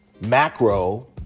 Macro